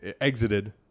exited